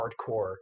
hardcore